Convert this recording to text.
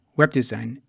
webdesign